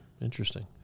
Interesting